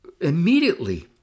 immediately